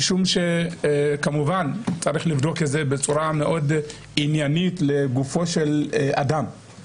משום שכמובן צריך לבדוק את זה בצורה מאוד עניינית לגופו של אדם,